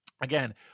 again